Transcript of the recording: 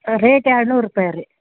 ಹಾಂ ರೇಟ್ ಎರಡುನೂರು ರೂಪಾಯಿ ರೀ